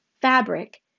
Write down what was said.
fabric